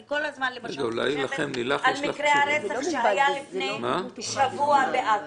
אני כל הזמן חושבת על מקרה הרצח שהיה לפני שבוע בעכו.